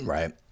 Right